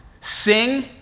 sing